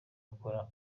akora